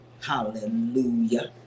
Hallelujah